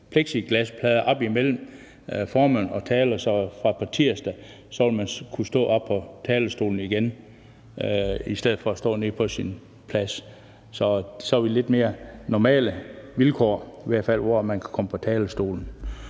plexiglasplade op imellem formanden og taleren, så man fra på tirsdag vil kunne stå oppe på talerstolen igen i stedet for at stå nede på sin plads. Så har vi lidt mere normale vilkår, i hvert fald i forhold til at man kan komme på talerstolen.